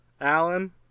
Alan